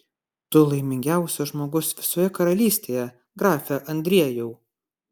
tu laimingiausias žmogus visoje karalystėje grafe andriejau